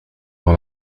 dans